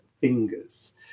fingers